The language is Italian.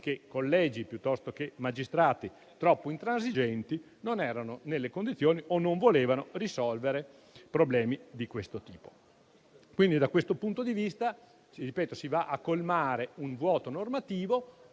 come collegi piuttosto che magistrati troppo intransigenti a volte non erano nelle condizioni o non volevano risolvere problemi di questo tipo. Da questo punto di vista, si va a colmare un vuoto normativo,